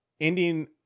ending